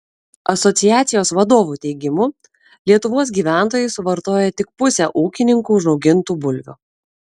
asociacijos vadovų teigimu lietuvos gyventojai suvartoja tik pusę ūkininkų užaugintų bulvių